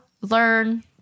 Learn